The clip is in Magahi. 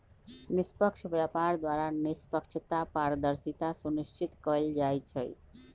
निष्पक्ष व्यापार द्वारा निष्पक्षता, पारदर्शिता सुनिश्चित कएल जाइ छइ